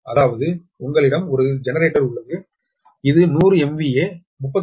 அதாவது உங்களிடம் ஒரு ஜெனரேட்டர் உள்ளது இது 100 MVA 33 KV மற்றும் Xg 0